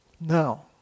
Now